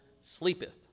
sleepeth